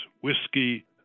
whiskey